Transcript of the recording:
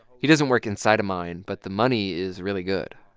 he doesn't work inside a mine, but the money is really good.